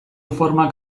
formak